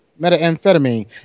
methamphetamine